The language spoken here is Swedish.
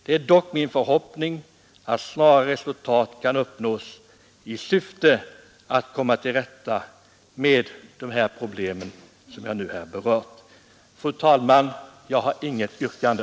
Det är dock min förhoppning att snara resultat kan uppnås i syfte att lösa de problem som jag här berört. Fru talman! Jag har inget yrkande.